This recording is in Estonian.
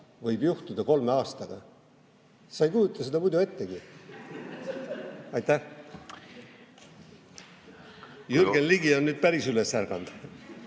võib juhtuda kolme aastaga. Sa ei kujuta seda muidu ettegi. (Naer saalis.) Jürgen Ligi on nüüd päris üles ärganud.